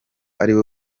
ariwe